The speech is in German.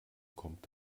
kommt